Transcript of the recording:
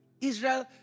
Israel